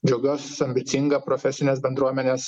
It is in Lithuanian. džiaugiuos ambicinga profesinės bendruomenės